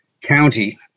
county